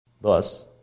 Thus